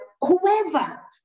whoever